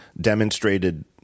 demonstrated